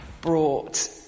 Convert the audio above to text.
brought